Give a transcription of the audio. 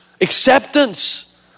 acceptance